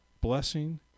blessing